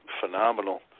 phenomenal